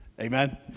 Amen